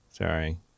Sorry